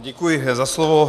Děkuji za slovo.